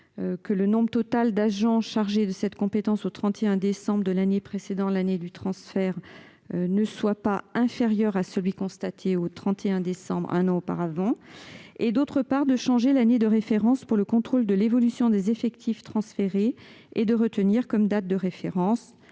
que le nombre total d'agents chargés de cette compétence au 31 décembre de l'année précédant l'année du transfert ne soit pas inférieur à celui qui est constaté le 31 décembre, un an auparavant. En outre, l'amendement tend à changer l'année de référence pour le contrôle de l'évolution des effectifs transférés, en retenant comme date de référence